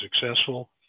successful